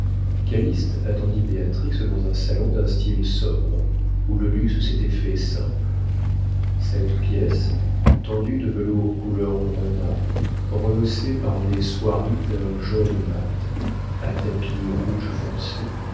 propriétaire calyste attendit béatrix dans un salon d'un style sobre où le luxe s'était fait simple cette pièce tendue de velours couleur grenat rehaussé par des soieries d'un jaune mat à tapis rouge foncé